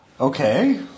Okay